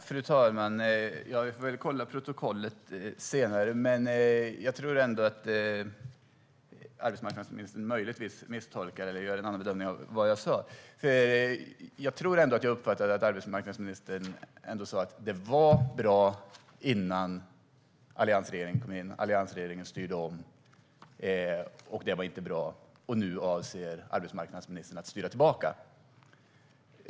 Fru talman! Jag får väl kolla i protokollet senare. Jag tror ändå att arbetsmarknadsministern möjligtvis misstolkade eller gör en annan bedömning av vad jag sa. Jag tror ändå att jag uppfattade att arbetsmarknadsministern sa att det var bra innan alliansregeringen styrde om, sedan blev det inte bra, och nu avser arbetsmarknadsministern att styra tillbaka.